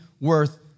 worth